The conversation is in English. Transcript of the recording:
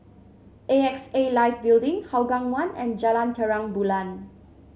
A X A Life Building Hougang One and Jalan Terang Bulan